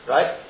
Right